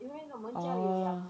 oh